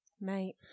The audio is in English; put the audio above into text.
Mate